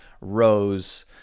rows